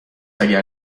اگر